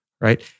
right